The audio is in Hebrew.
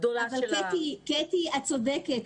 קטי, את צודקת.